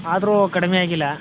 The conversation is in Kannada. ಆದರೂ ಕಡಿಮೆ ಆಗಿಲ್ಲ